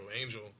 angel